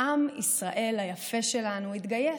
עם ישראל היפה שלנו התגייס,